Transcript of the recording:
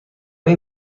این